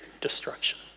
destruction